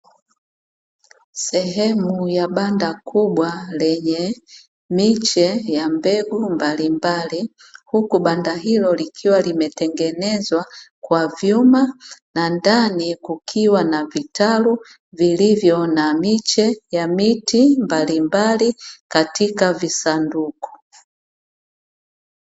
Sehemu ya banda kubwa, lenye miche ya mbegu mbalimbali. Huku banda hilo likiwa limetengenezwa kwa vyuma na ndani kukiwa na vitalu vilivyo na miche ya miti mbalimbali katika visanduku.